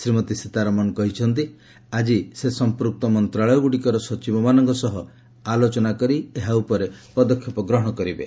ଶ୍ରୀମତୀ ସୀତାରମଣ କହିଛନ୍ତି ଆଜି ସେ ସମ୍ପୃକ୍ତ ମନ୍ତ୍ରଣାଳୟଗୁଡ଼ିକର ସଚିବମାନଙ୍କ ସହ ଆଲୋଚନା କରି ଏହା ଉପରେ ପଦକ୍ଷେପ ଗ୍ରହଣ କରିବେ